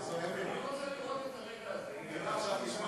אני רוצה לראות את הרגע הזה, אתה עכשיו תשמע.